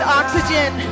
oxygen